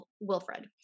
Wilfred